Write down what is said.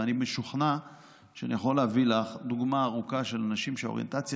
ואני משוכנע שאני יכול להביא לך דוגמה ארוכה של אנשים שהאוריינטציה